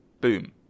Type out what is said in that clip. boom